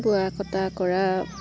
বোৱা কটা কৰা